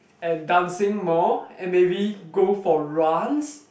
and dancing more and maybe go for runs